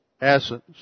essence